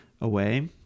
away